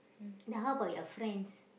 ya how about your friends